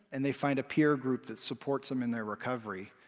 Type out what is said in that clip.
and they find a peer group that supports them in their recovery.